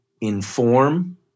inform